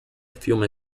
fiume